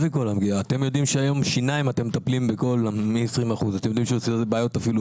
אתם יודעים שהיום שיניים אתם מטפלים מ-20%, אתם